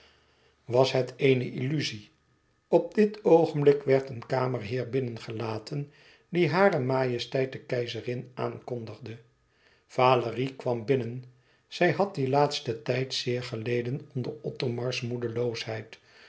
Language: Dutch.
was het eene illuzie op dit oogenblik werd een kamerheer binnengelaten die hare majesteit de keizerin aankondigde valérie kwam binnen zij had dien laatsten tijd zeer geleden onder othomars